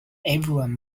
everyone